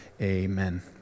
amen